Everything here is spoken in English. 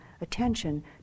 attention